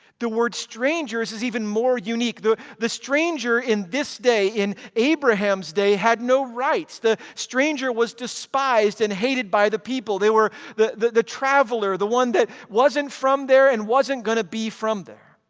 the word strangers is even more unique. the the stranger in this day, in abraham's day, had no rights. the stranger was despised and hated by the people. they were the the the traveler, the one that wasn't from there and wasn't going to be from there.